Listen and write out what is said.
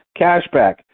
cashback